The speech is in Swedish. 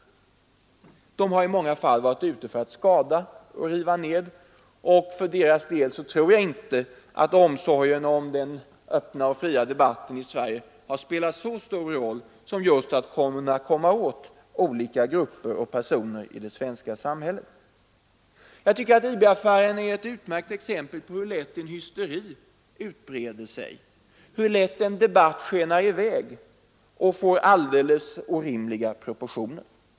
De har i många fall varit ute för att skada och riva ned, och för deras del tror jag inte att omsorgen om den öppna och fria debatten i Sverige har spelat så stor roll som just att kunna komma åt olika grupper och personer i det svenska samhället. Jag tycker att IB-affären är ett utmärkt exempel på hur lätt hysteri utbreder sig, hur lätt en debatt skenar i väg och får alldeles orimliga proportioner.